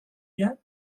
yet